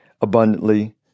abundantly